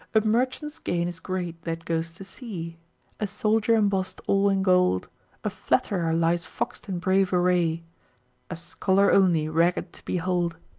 a merchant's gain is great, that goes to sea a soldier embossed all in gold a flatterer lies fox'd in brave array a scholar only ragged to behold.